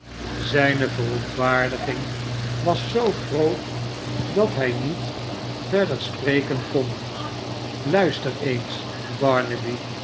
zijne verontwaardiging was zoo groot dat hij niet verder spreken kon sluister eens